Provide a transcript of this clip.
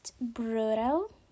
Brutal